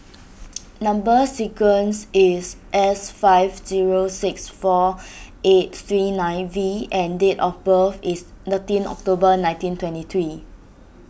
Number Sequence is S five zero six four eight three nine V and date of birth is thirteen October nineteen twenty three